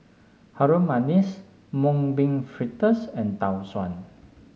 Harum Manis Mung Bean Fritters and Tau Suan